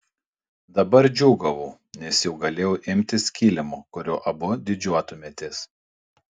dabar džiūgavau nes jau galėjau imtis kilimo kuriuo abu didžiuotumėmės